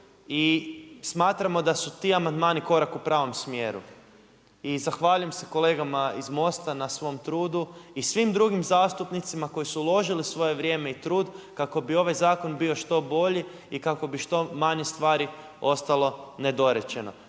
I smatramo da su ti amandmani korak u pravom smjeru. I zahvaljujem se kolegama iz Mosta na svom trudu i svim drugim zastupnicima koji su uložili svoje vrijeme i trud, kako bi ovaj zakon bio što bolji i kako bi što manje stvari ostalo nedorečeno.